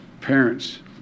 parents